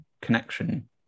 connection